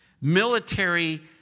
military